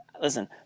Listen